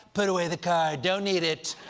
put away the card. don't need it.